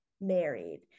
married